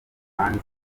hanze